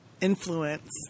influence